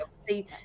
see